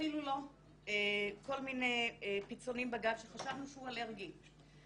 התחילו לו כל מיני פצעונים בגב שחשבנו שהוא אלרגי,